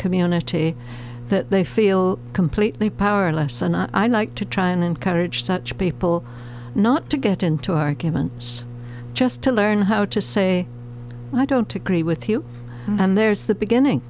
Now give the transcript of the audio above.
community that they feel completely powerless and i like to try and encourage such people not to get into arguments just to learn how to say i don't agree with you and there's the beginning